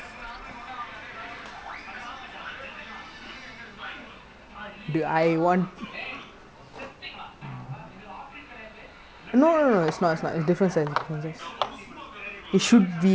damn comedy I cannot imagine myself in the இந்த என்னது இந்த:intha ennathu intha P_T with that shoe lah because like நா நினைக்குற:naa ninnaikkura is all one size lah the shirt or is it got different size different people [what] you say